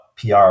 PR